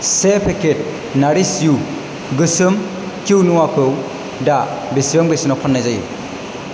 से पेकेट नारिश यु गोसोम क्विन'आखौ दा बेसेबां बेसेनाव फाननाय जायो